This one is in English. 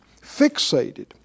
fixated